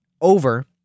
over